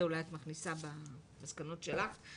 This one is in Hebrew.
את זה אולי תכניסי בסיכום שלך.